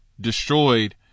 destroyed